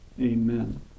Amen